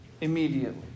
immediately